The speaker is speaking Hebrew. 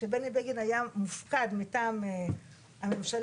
כשבני בגין היה מופקד מטעם הממשלה,